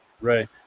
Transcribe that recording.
right